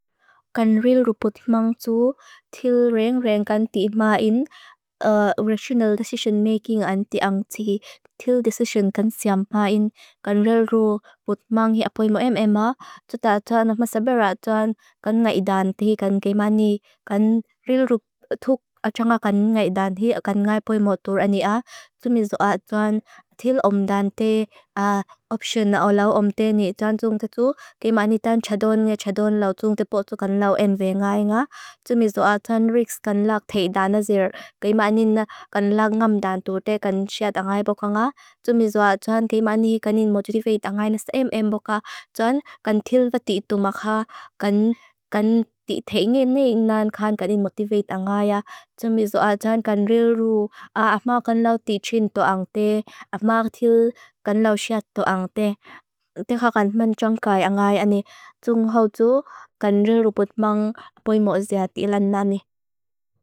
Kan ril ruputmang tu til reng-reng kan tima in relational decision making an tiang tihi, til decision kan siam pa in. Kan ril ruputmang hi apoimo em-em a, tuta tuan masaber a tuan kan ngai dan tihi kan kemani kan ril ruputuk achang a kan ngai dan tihi a kan ngai apoimo tur ani a. Tumizua tuan til omdante, option na olaw omdante ni tuan tung tutu, kemani tuan chadon nga chadon lau tung tutupo tu kan lau enve ngai nga. Tumizua tuan riks kan lak thei dan azir, kemani na kan lak ngamdantute kan siat a ngai boka nga. Tumizua tuan kemani kanin motivate a ngai na sa em-em boka, tuan kan til pati tumakha, kan ti thei ngin ni inan kanin motivate a ngai a. Tumizua tuan kan ril ruputmang hi apoimo achang a, tuta tuan masaber a tuan kan ril ruputmang hi apoimo achang a.